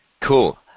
Cool